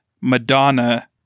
Madonna